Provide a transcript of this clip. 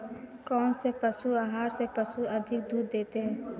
कौनसे पशु आहार से पशु अधिक दूध देते हैं?